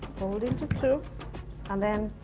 fold into two and then,